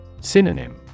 Synonym